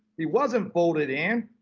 he wasn't voted in.